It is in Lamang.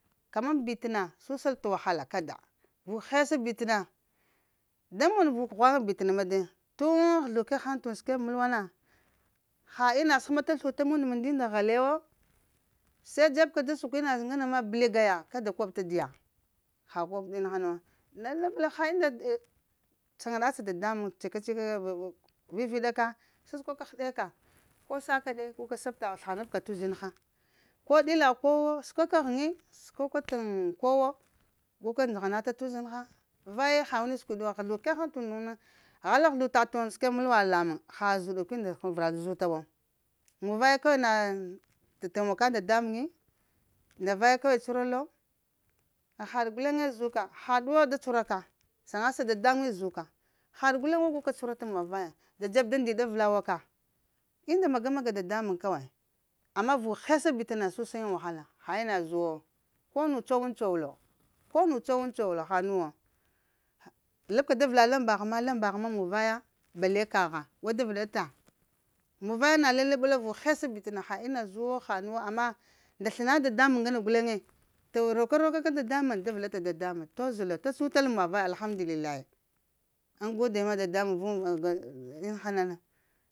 Kamaŋ bit na, susal t'wahala kada, vuk hesa bit'na da mon vuk ghwaŋa bit na ma de, tun huzlu kegh ghaŋ t’ und səkweb məlwana. Ha ina zə həma t'sluta mud məŋ unda halayawo, se dzeb ka da suk ina zə ŋgana ma bliga, ya kad koɓ ta diya ha koɓ t’ na hana wu la labla ha inda, saŋga ɗa sa dadamuŋ cika-cika ka gwa viviɗa ka sasəkwa ka həɗek ko sa kodai sləhanab ka t'uziŋha ko ɗila kowo səkwa ghəŋgi səkwa ka t'ŋ kowo guka ndzəgha na ta t'uziŋha. Vaye ha ina siɗi wo, ghuzlu kegh haŋ t'undu na hala həzlu t’ und səkeb mulwa lamuŋ ha zaɗuk unda vera und zutawo, munvaŋe kawai na da daŋuk nda temako wa dadamuŋi nda vaye ka wai cuhura lo, hahaɗ galeŋe zuka, haɗ guleŋwo cahuraka saŋgasa dadamuŋ zuka haɗ guleŋ wo guka cuhurata muŋ vaya, dzeb da ndiɗi avəla waka inda maga-maga dadamuŋ kawai, amma vuk hesa bit na susayiŋ wahala ha ina zə wo, ko nu cowəŋ cowlo, ko nu cuwuŋ-cowal ha nu wo, labka da vəla lambagh ma lambagh ma muŋ vaya balle kagha, we da vəla ɗata mun vaye na laleɓeh vuk hesa bit na ha ma zə wo ha nu wo amma nda sləna dadamuŋ ŋgana galeŋe. To roku rəka ka dadamaŋ da vəla ɗata dadamuŋ toz lo ta tsutal na mu va vaya, alhamdulillahi. aŋ gode ma dadamuŋ runrəla aŋ ina hana na